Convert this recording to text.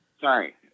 Sorry